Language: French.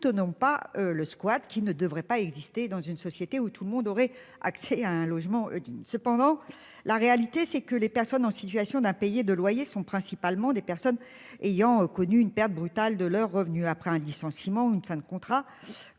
soutenons pas le squat qui ne devrait pas exister dans une société où tout le monde aurait accès à un logement digne. Cependant, la réalité c'est que les personnes en situation d'impayés de loyers sont principalement des personnes ayant connu une perte brutale de leurs revenus après un licenciement ou une fin de contrat.